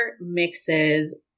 mixes